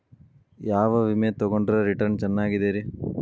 ಯಾವ ವಿಮೆ ತೊಗೊಂಡ್ರ ರಿಟರ್ನ್ ಚೆನ್ನಾಗಿದೆರಿ?